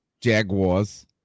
Jaguars